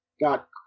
got